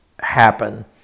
happen